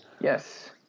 Yes